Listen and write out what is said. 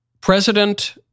President